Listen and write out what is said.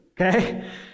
okay